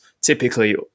typically